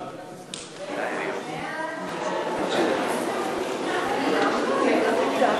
ההצעה להעביר את הצעת